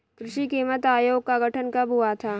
कृषि कीमत आयोग का गठन कब हुआ था?